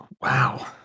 wow